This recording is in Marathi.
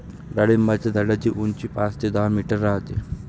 डाळिंबाच्या झाडाची उंची पाच ते दहा मीटर राहते